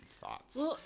thoughts